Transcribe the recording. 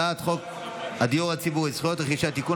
(זכויות רכישה) (תיקון,